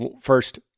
first